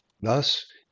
Thus